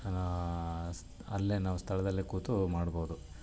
ಹಾಂ ಸ್ ಅಲ್ಲೇ ನಾವು ಸ್ಥಳದಲ್ಲೆ ಕೂತೂ ಮಾಡ್ಬೋದು